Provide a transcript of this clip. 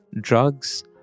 drugs